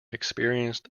experienced